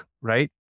right